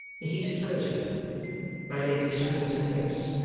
the heat is greater my lady screens her face.